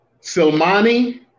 Silmani